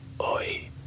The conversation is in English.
oi